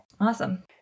Awesome